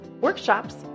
workshops